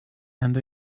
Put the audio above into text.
and